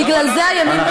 בגלל זה הימין בשלטון.